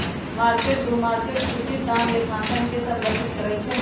mark to market उचित दाम लेखांकन के संदर्भित करइ छै